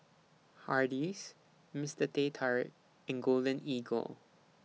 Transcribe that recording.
Hardy's Mister Teh Tarik and Golden Eagle